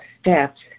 steps